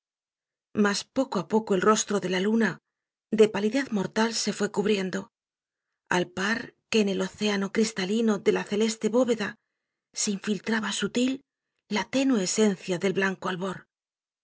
mas poco á poco el rostro de la luna de palidez mortal se fué cubriendo al par que en el océano cristalino de la celeste bóveda se infiltraba sutil la tenue esencia del blanco albor